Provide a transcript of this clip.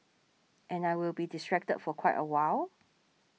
and I will be distracted for quite a while